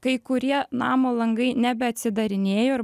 kai kurie namo langai nebeatsidarinėjo ir